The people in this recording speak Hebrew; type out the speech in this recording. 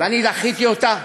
ודחיתי אותה,